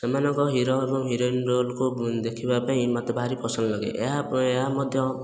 ସେମାନଙ୍କ ହିରୋ ଏବଂ ହିରୋଇନ ରୋଲକୁ ଦେଖିବା ପାଇଁ ମୋତେ ଭାରି ପସନ୍ଦ ଲାଗେ ଏହା ଏହା ମଧ୍ୟ